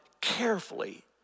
carefully